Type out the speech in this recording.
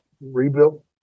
rebuilt